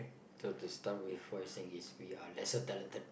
to to start with what you are saying is we are lesser talented